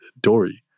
Dory